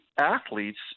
athletes